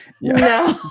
No